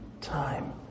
time